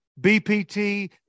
BPT